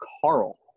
Carl